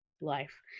life